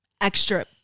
extra